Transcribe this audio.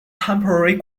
temporary